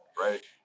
right